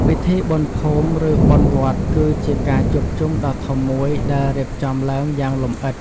ពិធីបុណ្យភូមិ ឬបុណ្យវត្ត គឺជាការជួបជុំដ៏ធំមួយដែលរៀបចំឡើងយ៉ាងលម្អិត។